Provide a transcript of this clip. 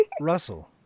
Russell